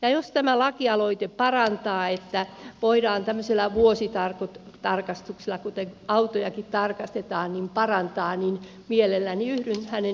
ja jos tämä lakialoite että voidaan tämmöisellä vuositarkastuksella kuten autojakin tarkastetaan parantaa niin mielelläni yhdyn hänen lakialoitteeseensa